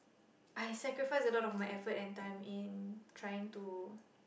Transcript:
I sacrificed a lot of my effort and time in trying to